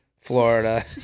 Florida